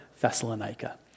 Thessalonica